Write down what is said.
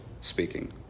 speaking